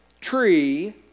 tree